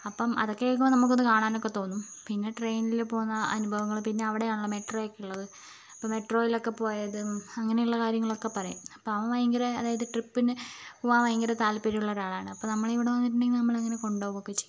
അപ്പം അതൊക്കെ കേൾക്കുമ്പോൾ നമ്മൾക്കൊന്നു കാണാനൊക്കെ തോന്നും പിന്നെ ട്രെയിനിൽ പോകുന്ന അനുഭവങ്ങൾ പിന്നെ അവിടെയാണല്ലോ മെട്രോയൊക്കെയുള്ളത് അപ്പോൾ മെട്രോയിലൊക്കെ പോയതും അങ്ങനെയുള്ള കാര്യങ്ങളൊക്കെ പറയും അപ്പോൾ അവൻ ഭയങ്കര അതായത് ട്രിപ്പിനു പോകുവാൻ ഭയങ്കര താല്പര്യം ഉള്ള ഒരു ആളാണ് അപ്പം നമ്മളിവിടെ വന്നിട്ടുണ്ടെങ്കിൽ നമ്മളെ ഇങ്ങനെ കൊണ്ടുപോവുകയൊക്കെ ചെയ്യും